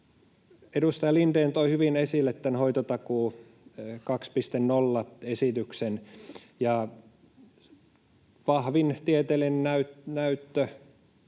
Edustaja Lindén toi hyvin esille hoitotakuu 2.0 ‑esityksen. Vahvin tieteellinen näyttö